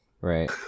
Right